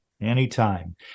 Anytime